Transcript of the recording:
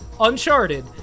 Uncharted